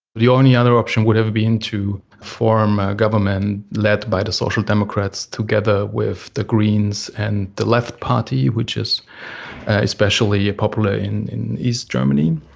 the only other option would have been to form a government led by the social democrats together with the greens and the left party, which is especially popular in in east germany,